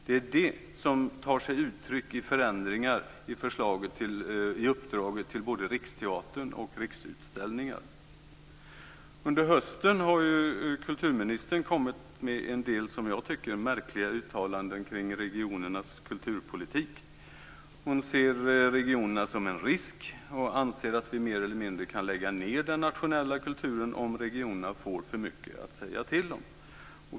Det är det som tar sig uttryck i förändringar i uppdragen till både Riksteatern och Riksutställningar. Under hösten har kulturministern kommit med en del, som jag tycker, märkliga uttalanden kring regionernas kulturpolitik. Hon ser regionerna som en risk och anser att vi mer eller mindre kan lägga ned den nationella kulturen om regionerna får för mycket att säga till om.